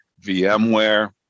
VMware